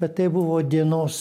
bet tai buvo dienos